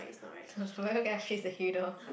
header